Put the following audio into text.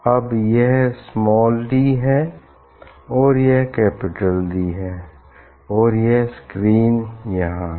अब यह small D है और यह कैपिटल डी है और स्क्रीन यहाँ है